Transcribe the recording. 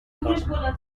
radar